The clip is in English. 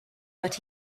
but